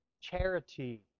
charity